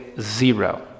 zero